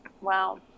wow